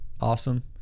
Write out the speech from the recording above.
awesome